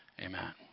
amen